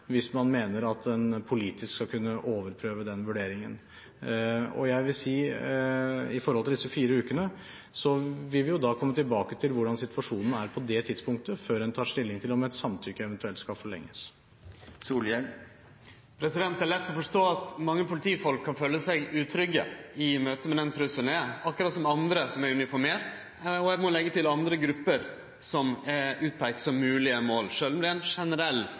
mener at en politisk skal kunne overprøve den vurderingen. Når det gjelder disse fire ukene, vil vi komme tilbake til hvordan situasjonen er på det tidspunktet før en tar stilling til om et samtykke eventuelt skal forlenges. Det er lett å forstå at mange politifolk kan føle seg utrygge i møte med denne trusselen, akkurat som andre som er uniformerte, og – eg må legge til – andre grupper som er utpeika som moglege mål, sjølv om det er ei generell